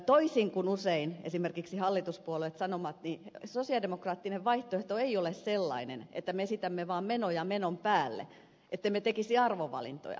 toisin kuin usein esimerkiksi hallituspuolueet sanovat niin sosialidemokraattinen vaihtoehto ei ole sellainen että me esitämme vain menoja menon päälle ettemme tekisi arvovalintoja